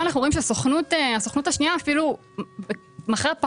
כאן אנחנו רואים שהסוכנות השנייה מוכרת ללקוחות